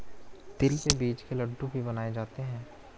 तिल के बीज के लड्डू भी बनाए जाते हैं